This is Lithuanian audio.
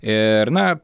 ir na